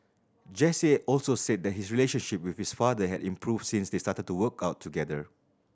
Jesse also said that his relationship with his father had improved since they started to work out together